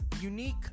unique